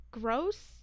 gross